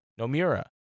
Nomura